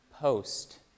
post